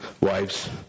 wives